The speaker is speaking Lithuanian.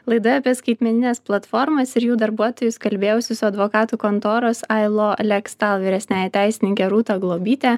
laida apie skaitmenines platformas ir jų darbuotojus kalbėjausi su advokatų kontoros ailo lekstal vyresniąja teisininke rūta globyte